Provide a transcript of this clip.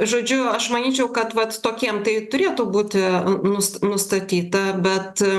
žodžiu aš manyčiau kad vat tokiem tai turėtų būti nust nustatyta bet